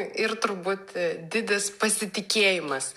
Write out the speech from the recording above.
ir turbūt didis pasitikėjimas